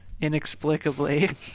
inexplicably